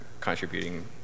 contributing